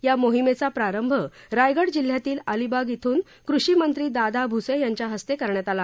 या मोहिमेचा प्रारंभ रायगड जिल्ह्यातील अलिबाग इथून कृषीमंत्री दादा भ्से यांच्या हस्ते करण्यात आला